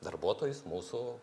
darbuotojus mūsų